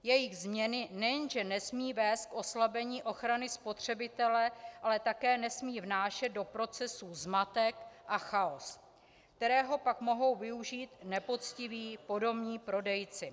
Jejich změny nejen že nesmějí vést k oslabení ochrany spotřebitele, ale také nesmějí vnášet do procesů zmatek a chaos, kterého pak mohou využít nepoctiví podomní prodejci.